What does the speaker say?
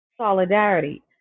solidarity